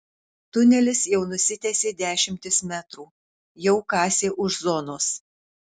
tunelis jau nusitęsė dešimtis metrų jau kasė už zonos